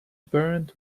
burned